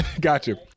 Gotcha